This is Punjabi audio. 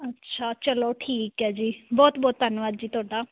ਅੱਛਾ ਚਲੋ ਠੀਕ ਹੈ ਜੀ ਬਹੁਤ ਬਹੁਤ ਧੰਨਵਾਦ ਜੀ ਤੁਹਾਡਾ